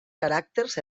caràcters